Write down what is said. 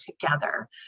together